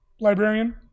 Librarian